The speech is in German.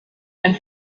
ein